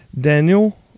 daniel